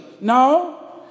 No